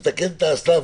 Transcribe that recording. נקיים ותקינים,